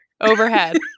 overhead